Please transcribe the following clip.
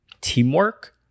teamwork